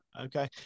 okay